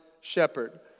shepherd